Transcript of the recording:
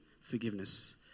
forgiveness